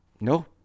no